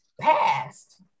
past